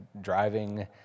driving